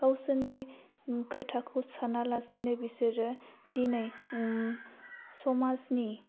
गावसोरनि खोथाखौ सानालासैनो बिसोरो दिनै समाजनि